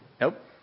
Nope